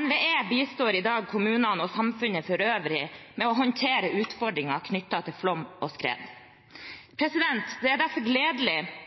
NVE bistår i dag kommunene og samfunnet for øvrig med å håndtere utfordringene knyttet til flom og skred. Det er derfor gledelig